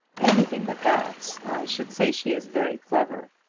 anything but that. i should say she is very clever.